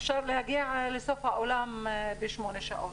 אפשר להגיע לסוף העולם בשמונה שעות.